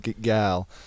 gal